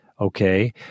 okay